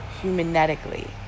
humanetically